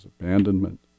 abandonment